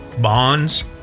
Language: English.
bonds